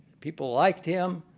people liked him.